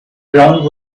ground